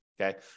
Okay